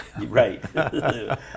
Right